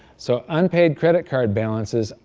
so unpaid credit card balances,